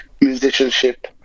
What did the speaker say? musicianship